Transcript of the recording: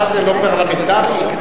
מה זה, אדוני היושב-ראש?